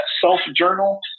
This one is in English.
self-journal